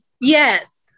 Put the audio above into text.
Yes